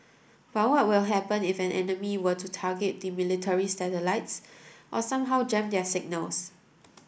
but what would happen if an enemy were to target the military's satellites or somehow jam their signals